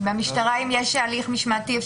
אם במשטרה יש הליך משמעתי,